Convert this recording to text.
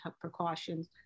precautions